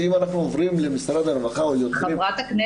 שאם אנחנו עוברים למשרד הרווחה --- חברת הכנסת,